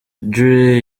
dre